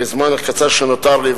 ובזמן הקצר שנותר לי,